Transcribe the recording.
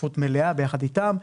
בשותפות מלאה ביחד איתם,